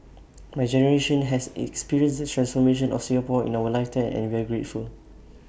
my generation has experienced the transformation of Singapore in our life time and we are grateful